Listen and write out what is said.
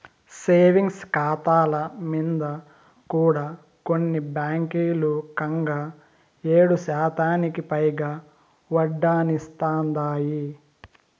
savings కాతాల మింద కూడా కొన్ని బాంకీలు కంగా ఏడుశాతానికి పైగా ఒడ్డనిస్తాందాయి